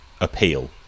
appeal